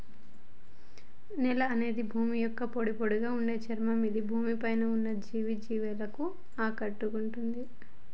నేల అనేది భూమి యొక్క పొడిపొడిగా ఉండే చర్మం ఇది భూమి పై ఉన్న అన్ని జీవులను ఆకటేస్తుంది